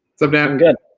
so damn good.